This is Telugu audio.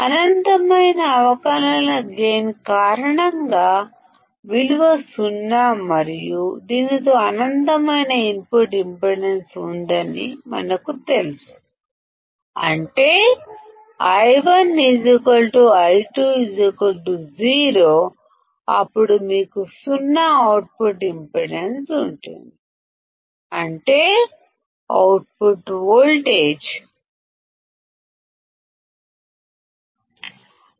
అనంతమైన అవకలన గైన్ కారణంగా విలువ సున్నా మరియు దీనికి అనంతమైన ఇన్పుట్ ఇంపెడెన్స్ ఉందని మనకు తెలుసు అంటే I1I20 అప్పుడు మీకు సున్నా అవుట్పుట్ ఇంపెడెన్స్ ఉంటుంది అంటే అవుట్పుట్ వోల్టేజ్ కాబట్టి వోల్టేజ్ గైన్ ఏమిటి